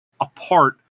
apart